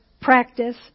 practice